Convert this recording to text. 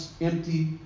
empty